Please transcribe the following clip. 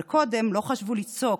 אבל קודם לא חשבו לצעוק,